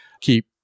keep